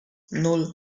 nan